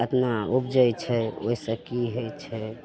एतना उपजै छै ओहिसे कि होइ छै